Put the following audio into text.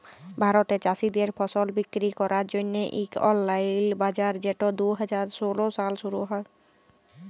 ভারতে চাষীদের ফসল বিক্কিরি ক্যরার জ্যনহে ইক অললাইল বাজার যেট দু হাজার ষোল সালে শুরু হ্যয়